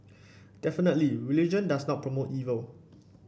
definitely religion does not promote evil